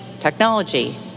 technology